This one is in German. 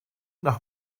nach